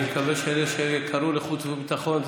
אני מקווה שאלה שקראו לחוץ וביטחון,